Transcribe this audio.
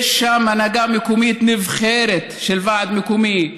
ויש שם הנהגה מקומית נבחרת של ועד מקומי,